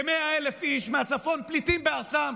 כ-100,000 איש מהצפון פליטים בארצם,